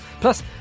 Plus